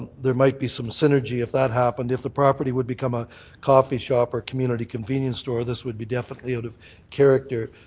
there might be some synergy if that happened, if the property would become a coffee shop or community convenience store this would be definitely out of character.